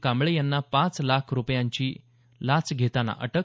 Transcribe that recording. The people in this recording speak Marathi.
कांबळे यांना पाच लाख रूपयांची लाच घेताना अटक